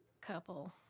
couple